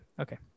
okay